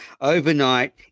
overnight